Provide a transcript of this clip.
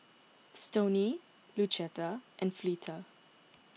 Stoney Lucetta and Fleeta